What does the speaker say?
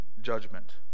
judgment